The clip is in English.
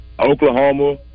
Oklahoma